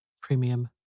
Premium